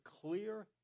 clear